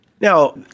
Now